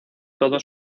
todo